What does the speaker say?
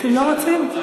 אבל אנחנו מסתפקים.